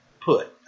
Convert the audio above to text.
put